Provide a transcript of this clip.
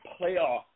playoff